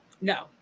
No